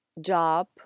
job